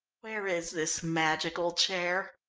where is this magical chair?